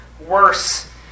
worse